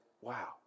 wow